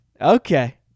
okay